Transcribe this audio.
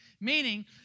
Meaning